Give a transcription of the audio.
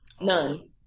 None